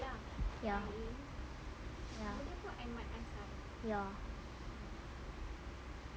ya ya